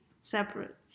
separate